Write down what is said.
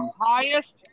Highest